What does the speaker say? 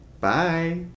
Bye